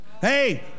Hey